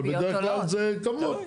אבל בדרך כלל זה קבוע.